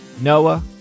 Noah